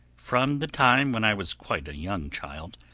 from the time when i was quite a young child,